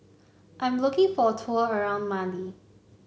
I'm looking for a tour around Mali